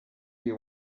you